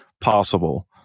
possible